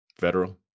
Federal